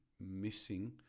missing